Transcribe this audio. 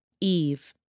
Eve